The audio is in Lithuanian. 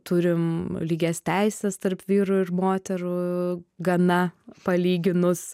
turim lygias teises tarp vyrų ir moterų gana palyginus